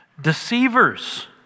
Deceivers